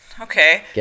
okay